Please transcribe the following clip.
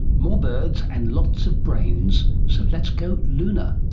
more birds, and lots of brains. so let's go lunar.